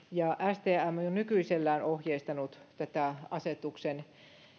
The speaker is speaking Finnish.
stm on jo nykyisellään ohjeistanut asetuksen